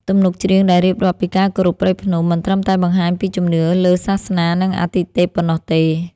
ទំនុកច្រៀងដែលរៀបរាប់ពីការគោរពព្រៃភ្នំ មិនត្រឹមតែបង្ហាញពីជំនឿលើសាសនា និងអាទិទេពប៉ុណ្ណោះទេ។